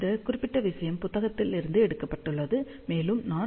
இந்த குறிப்பிட்ட விஷயம் புத்தகத்திலிருந்து எடுக்கப்பட்டுள்ளது மேலும் நான்